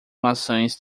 maçãs